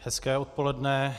Hezké odpoledne.